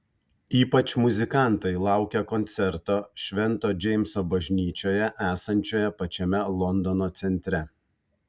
ypač muzikantai laukia koncerto švento džeimso bažnyčioje esančioje pačiame londono centre